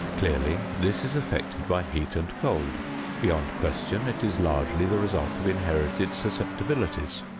clearly this is affected by heat and cold beyond question it is largely the result of inherited susceptibilities.